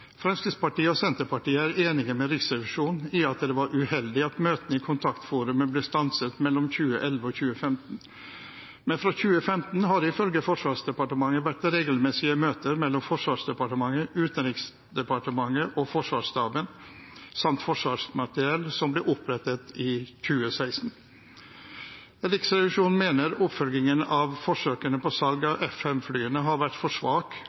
Fremskrittspartiet og Senterpartiet er enig med Riksrevisjonen i at det var uheldig at møtene i kontaktforumet ble stanset mellom 2011 og 2015. Men fra 2015 har det ifølge Forsvarsdepartementet vært regelmessige møter mellom Forsvarsdepartementet, Utenriksdepartementet og Forsvarsstaben samt Forsvarsmateriell, som ble opprettet i 2016. Riksrevisjonen mener oppfølgingen av forsøkene på salg av F-5-flyene har vært for svak,